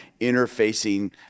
interfacing